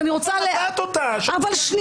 אם זה בלבל,